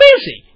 busy